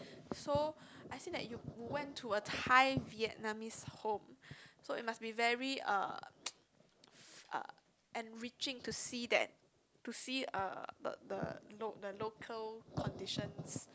so I see that you went to Thai Vietnamese home so it must very uh uh enriching to see that to see uh the the lo~ the local conditions